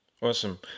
awesome